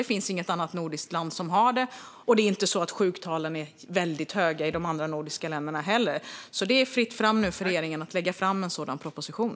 Det finns inget annat nordiskt land som har det, och sjuktalen är inte heller väldigt höga i de andra nordiska länderna. Nu är det alltså fritt fram för regeringen att lägga fram en sådan proposition.